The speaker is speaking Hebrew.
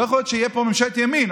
לא יכול להיות שתהיה פה ממשלת ימין,